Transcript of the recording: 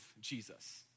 Jesus